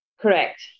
Correct